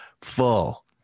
full